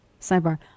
Sidebar